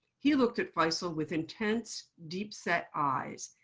he looked at faisal with intense, deep-set eyes,